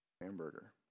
hamburger